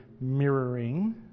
mirroring